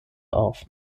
auf